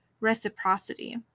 reciprocity